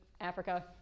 Africa